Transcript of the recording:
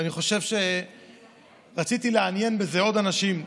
ואני חושב שרציתי לעניין בזה עוד אנשים,